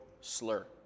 slur